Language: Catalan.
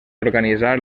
organitzar